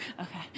Okay